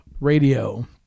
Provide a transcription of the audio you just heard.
Radio